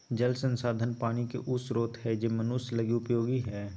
जल संसाधन पानी के उ स्रोत हइ जे मनुष्य लगी उपयोगी हइ